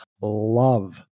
love